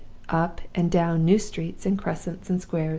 up and down new streets and crescents and squares,